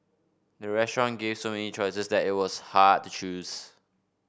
the restaurant gave so many choices that it was hard to choose